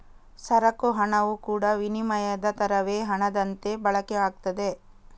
ಸರಕು ಹಣವು ಕೂಡಾ ವಿನಿಮಯದ ತರವೇ ಹಣದಂತೆ ಬಳಕೆ ಆಗ್ತದೆ